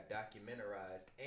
documentarized